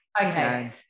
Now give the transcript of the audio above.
okay